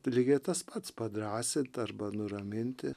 lygiai tas pats padrąsint arba nuraminti